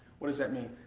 what does that mean?